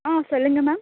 ஆ சொல்லுங்கள் மேம்